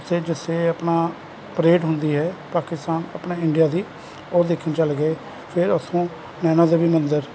ਤੇ ਜਿਥੇ ਆਪਣਾ ਪਰੇਡ ਹੁੰਦੀ ਹੈ ਪਾਕਿਸਤਾਨ ਆਪਣੇ ਇੰਡੀਆ ਦੀ ਉਹ ਦੇਖਣ ਚਲੇ ਗਏ ਫਿਰ ਉਥੋ ਨੈਨਾ ਦੇਵੀ ਮੰਦਿਰ